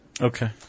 Okay